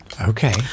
Okay